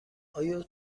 آیا